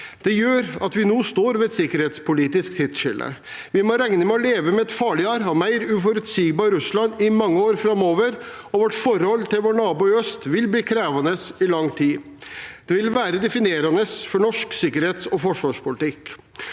Det gjør at vi nå står ved et sikkerhetspolitisk tidsskille. Vi må regne med å leve med et farligere og mer uforutsigbart Russland i mange år framover, og vårt forhold til vår nabo i øst vil bli krevende i lang tid. Det vil være definerende for norsk sikkerhets- og forsvarspolitikk.